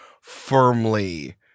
firmly